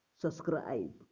Subscribe